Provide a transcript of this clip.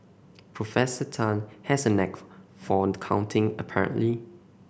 Professor Tan has a knack for the counting apparently